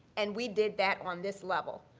and we did that on this level.